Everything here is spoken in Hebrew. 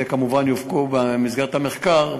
וכמובן יופקו לקחים במסגרת המחקר,